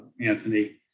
Anthony